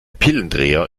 pillendreher